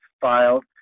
filed